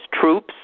troops